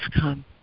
come